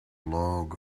log